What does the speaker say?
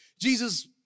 Jesus